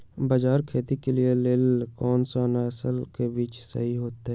बाजरा खेती के लेल कोन सा नसल के बीज सही होतइ?